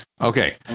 Okay